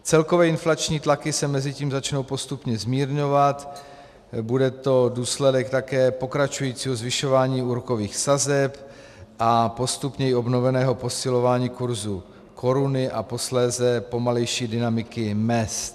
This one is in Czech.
Celkové inflační tlaky se mezitím začnou postupně zmírňovat, bude to důsledek také pokračujícího zvyšování úrokových sazeb a postupně i obnoveného posilování kurzu koruny a posléze pomalejší dynamiky mezd.